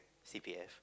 C P F